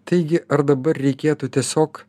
taigi ar dabar reikėtų tiesiog